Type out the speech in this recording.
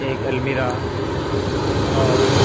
ایک المیرہ اور